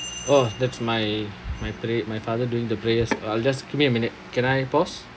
oh that's my my pray my father doing the prayers I'll just give me a minute can I pause